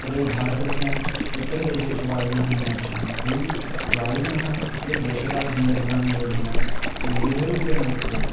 तदेव भारतस्य उत्तरदेशेषु वायुगुणः अन्यादृशः एवं वायुगुणः तत्तद्देशकालसन्दर्भानुरोधेन विविधरूपेण वर्तते